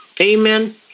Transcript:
Amen